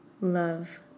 love